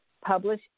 publish